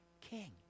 king